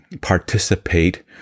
participate